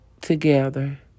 together